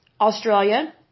Australia